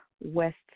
west